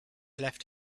left